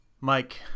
Mike